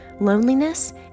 loneliness